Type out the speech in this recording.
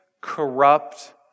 corrupt